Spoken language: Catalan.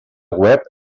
web